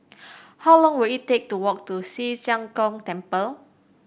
how long will it take to walk to Ci Zheng Gong Temple